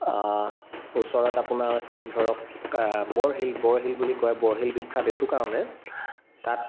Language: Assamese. ওচৰত আপোনাৰ আছে ধৰক বৰশীল বৰশীল বুলি কয় বৰশীল বিখ্যাত এইটো কাৰণে তাত